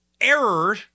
error